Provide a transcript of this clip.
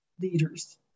leaders